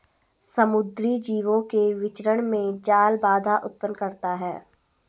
समुद्री जीवों के विचरण में जाल बाधा उत्पन्न करता है